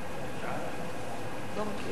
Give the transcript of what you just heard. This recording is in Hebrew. הנושא לוועדת הפנים